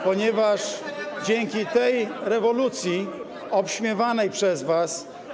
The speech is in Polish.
Ponieważ dzięki tej rewolucji obśmiewanej przez was.